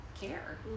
care